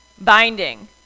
Binding